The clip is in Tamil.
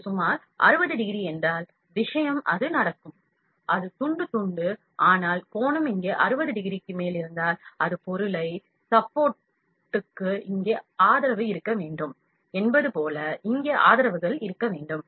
இது சுமார் 60 டிகிரி என்றால் விஷயம் அது நடக்கும் அது துண்டு துண்டு துண்டு ஆனால் கோணம் இங்கே 60 டிகிரிக்கு மேல் இருந்தால் அது பொருளை ஆதரிக்க இங்கே ஆதரவுகள் இருக்க வேண்டும் என்பது போல இங்கே ஆதரவுகள் இருக்க வேண்டும்